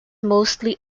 mostly